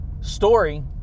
story